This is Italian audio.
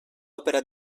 opera